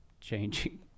changing